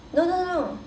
no no no no